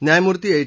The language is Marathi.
न्यायमूर्ती एच